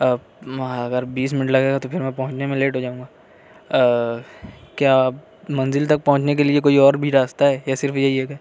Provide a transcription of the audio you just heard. اگر بیس منٹ لگے گا تو پھر میں پہنچنے میں لیٹ ہوجاؤں گا کیا منزل تک پہونچنے کے لیے کوئی اور بھی راستہ ہے یا صرف یہی ایک ہے